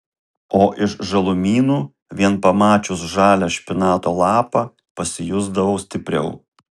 o iš žalumynų vien pamačius žalią špinato lapą pasijusdavau stipriau